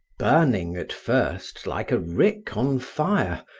burning at first like a rick on fire,